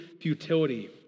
futility